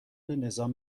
نظام